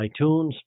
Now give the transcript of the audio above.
iTunes